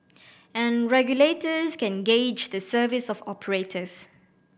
and regulators can gauge the service of operators